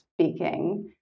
speaking